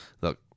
look